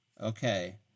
okay